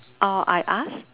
or I ask